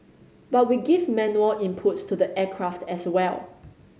but we give manual inputs to the aircraft as well